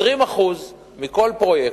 20% מכל פרויקט,